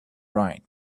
write